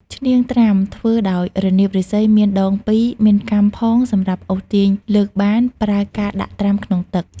ឈ្នាងត្រាំ ធ្វើដោយរនាបឫស្សី មានដង ២ មានកាំផងសម្រាប់អូសទាញលើកបាន ប្រើការដាក់ត្រាំក្នុងទឹក ។